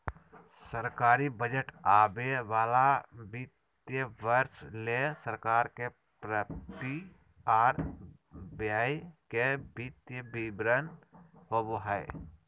सरकारी बजट आवे वाला वित्तीय वर्ष ले सरकार के प्राप्ति आर व्यय के वित्तीय विवरण होबो हय